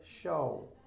Show